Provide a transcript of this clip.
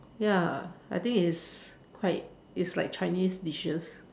ya I think it's quite it's like Chinese dishes